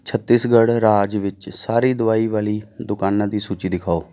ਛੱਤੀਸਗੜ੍ਹ ਰਾਜ ਵਿੱਚ ਸਾਰੀ ਦਵਾਈ ਵਾਲੀ ਦੁਕਾਨਾਂ ਦੀ ਸੂਚੀ ਦਿਖਾਓ